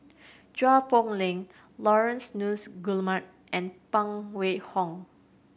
Chua Poh Leng Laurence Nunns Guillemard and Phan Wait Hong